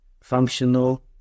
functional